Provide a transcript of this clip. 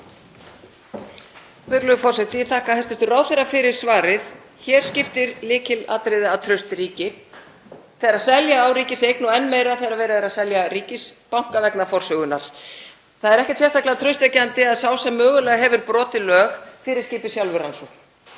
Það er ekkert sérstaklega traustvekjandi að sá sem mögulega hefur brotið lög fyrirskipi sjálfur rannsókn.